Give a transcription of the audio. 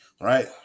right